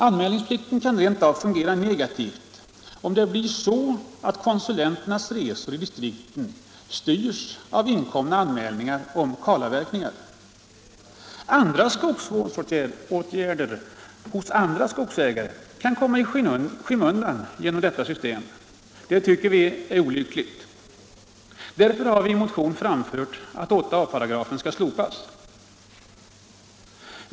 Anmälningsplikten kan rent av fungera negativt, om det blir så att konsulenternas resor i distrikten styrs av inkomna anmälningar om kalavverkningar. Andra skogsvårdsåtgärder hos andra skogsägare kan komma i skymundan genom detta system. Det tycker vi är olyckligt. Därför har vi i motion framfört kravet att 8a§ skall slopas.